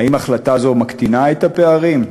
האם החלטה זו מקטינה את הפערים?